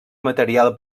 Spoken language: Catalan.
material